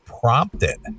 prompted